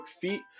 feet